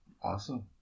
Awesome